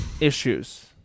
issues